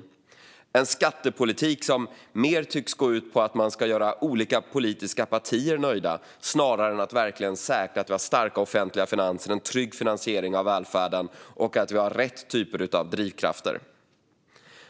Det handlar om en skattepolitik som mer tycks gå ut på att göra olika politiska partier nöjda snarare än att verkligen säkra att vi har starka offentliga finanser, en trygg finansiering av välfärden och rätt typer av drivkrafter.